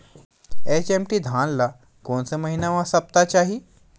HMT धान ल कोन से महिना म सप्ता चाही?